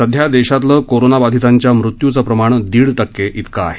सध्या देशातलं कोरोनाबाधितांच्या मृत्यूचं प्रमाण दीड टक्के इतकं आहे